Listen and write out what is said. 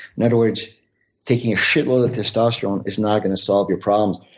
in other words, taking a shitload of testosterone is not going to solve your problems.